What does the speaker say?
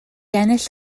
ennill